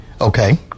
Okay